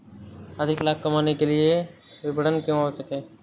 अधिक लाभ कमाने के लिए विपणन क्यो आवश्यक है?